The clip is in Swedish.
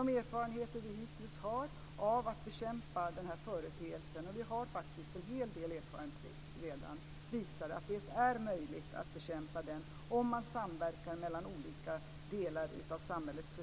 De erfarenheter som vi hittills har av att bekämpa den här företeelsen, och vi har faktiskt redan en hel del erfarenheter, visar att det är möjligt att bekämpa den om man samverkar mellan olika delar av samhällets